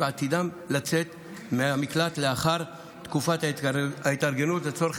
ועתידים לצאת מהמקלט לאחר תקופת התארגנות לצורך